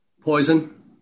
Poison